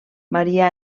maria